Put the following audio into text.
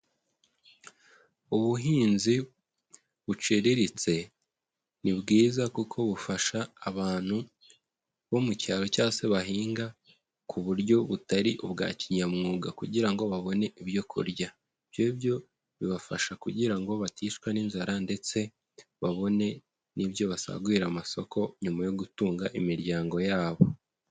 Ubuhinzi buciriritse ni bwiza kuko bufasha abantu bo mu cyaro cyangwa se bahinga ku buryo butari ubwa kinyamwuga kugira ngo babone ibyo kurya, ibyongibyo bibafasha kugira ngo baticwa n'inzara ndetse babone n'ibyo basagurira amasoko, nyuma yo gutunga imiryango yabo.